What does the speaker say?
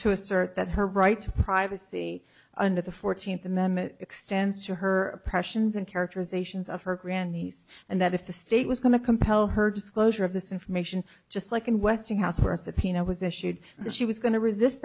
to assert that her right to privacy under the fourteenth amendment extends to her oppressions and characterizations of her grand niece and that if the state was going to compel her disclosure of this information just like in westinghouse where a subpoena was issued this she was going to resist